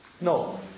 No